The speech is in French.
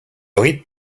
rite